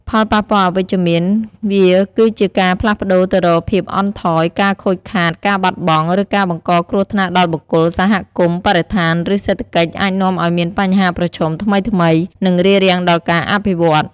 ផលប៉ះពាល់អវិជ្ជមាន វាគឺជាការផ្លាស់ប្តូរទៅរកភាពអន់ថយ ការខូចខាត ការបាត់បង់ ឬការបង្កគ្រោះថ្នាក់ដល់បុគ្គល សហគមន៍ បរិស្ថាន ឬសេដ្ឋកិច្ច អាចនាំឱ្យមានបញ្ហាប្រឈមថ្មីៗ និងរារាំងដល់ការអភិវឌ្ឍ។